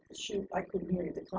i couldn't hear you.